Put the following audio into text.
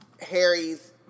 Harry's